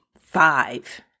five